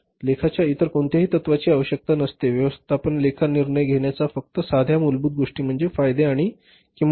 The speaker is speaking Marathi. लेखाच्या इतर कोणत्याही तत्त्वांची आवश्यकता नसते व्यवस्थापन लेखा निर्णय घेण्याच्या फक्त साध्या मूलभूत गोष्टी म्हणजे फायदे आणि किंमत